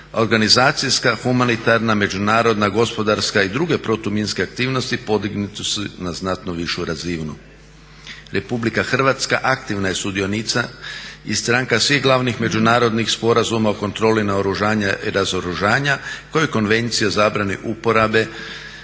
organizacijska, humanitarna, međunarodna, gospodarska i druge protuminske aktivnosti podignute su na znatno višu razinu. RH aktivna je sudionica i stranka svih glavnim međunarodnih sporazuma o kontroli naoružanja i razoružanja koju konvencija o zabrani uporabe,